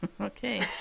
Okay